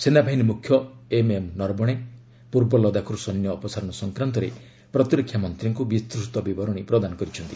ସେନାବାହିନୀ ମୁଖ୍ୟ ଏମ୍ଏମ୍ ନରବଣେ ପୂର୍ବ ଲଦାଖରୁ ସୈନ୍ୟ ଅପସାରଣ ସଂକ୍ରାନ୍ତରେ ପ୍ରତିରକ୍ଷା ମନ୍ତ୍ରୀଙ୍କୁ ବିସ୍ତୃତ ବିବରଣୀ ପ୍ରଦାନ କରିଛନ୍ତି